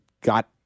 got